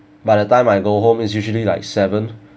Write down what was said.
by the time I go home is usually like seven